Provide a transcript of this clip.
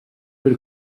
bil